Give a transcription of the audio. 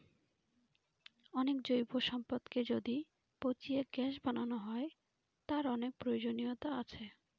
অনেক জৈব সম্পদকে যদি পচিয়ে গ্যাস বানানো হয়, তার অনেক প্রয়োজনীয়তা আছে